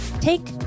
Take